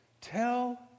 Tell